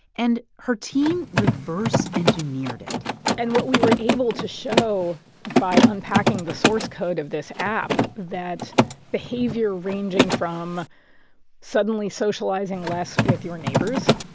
and her team reverse engineered it and what we were able to show by unpacking the source code of this app that behavior ranging from suddenly socializing less with your neighbors.